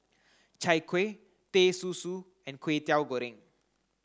Chai Kuih Teh Susu and Kway Teow Goreng